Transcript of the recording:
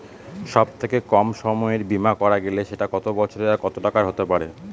সব থেকে কম সময়ের বীমা করা গেলে সেটা কত বছর আর কত টাকার হতে পারে?